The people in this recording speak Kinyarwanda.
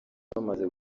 bamaze